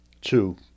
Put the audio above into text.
Two